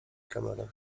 kamerę